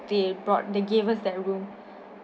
they brought they gave us that room